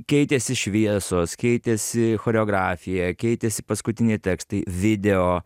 keitėsi šviesos keitėsi choreografija keitėsi paskutiniai tekstai video